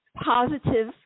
positive